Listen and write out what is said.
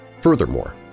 Furthermore